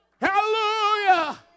Hallelujah